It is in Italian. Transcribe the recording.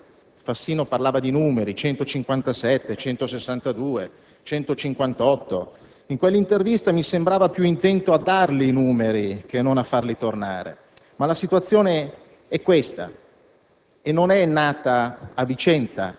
Mi sia consentita una benevola battuta: Fassino parlava di numeri (157, 162, 158) e in quell'intervista mi sembrava più intento a dare i numeri che a farli tornare. Tuttavia, la situazione è questa